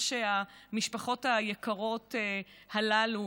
את מה שהמשפחות היקרות הללו,